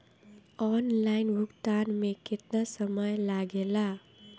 Online भुगतान में केतना समय लागेला?